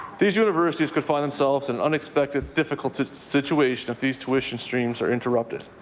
these universities could find themselves in unexpected difficult situations if these tuition streams are interrupted.